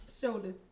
Shoulders